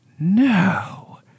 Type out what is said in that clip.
no